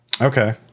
Okay